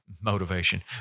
motivation